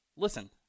Listen